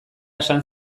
esan